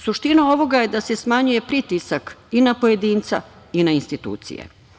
Suština ovoga da se smanjuje pritisak i na pojedinca i na institucije.